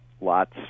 lots